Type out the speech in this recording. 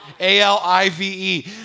A-L-I-V-E